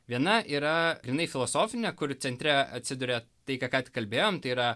viena yra grynai filosofinė kur centre atsiduria tai ką tik kalbėjom tai yra